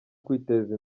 kwiteza